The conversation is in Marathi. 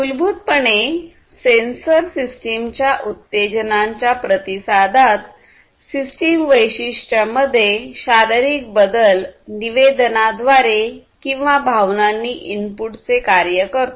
मूलभूत पणे सेंसर सिस्टमच्या उत्तेजनांच्या प्रतिसादात सिस्टम वैशिष्ट्यमध्ये शारीरिक बदल निवेदनाद्वारे किंवा भावनांनी इन्पुट चे कार्य करतो